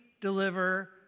deliver